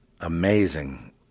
amazing